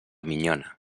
minyona